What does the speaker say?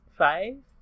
Five